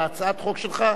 בהצעת החוק שלך,